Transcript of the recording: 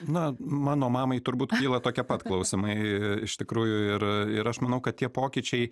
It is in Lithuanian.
na mano mamai turbūt kyla tokie pat klausimai iš tikrųjų ir ir aš manau kad tie pokyčiai